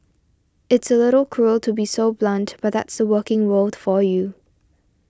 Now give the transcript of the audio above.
it's a little cruel to be so blunt but that's the working world for you